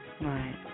Right